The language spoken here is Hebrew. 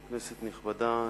כנסת נכבדה,